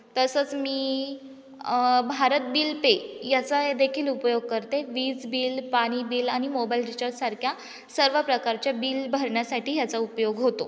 तसंच मी Bharat bill pay याचा देेखील उपयोग करते वीज बिल पाणी बिल आणि मोबाईल रिचार्जसारख्या सर्व प्रकारच्या बिल भरण्यासाठी ह्याचा उपयोग होतो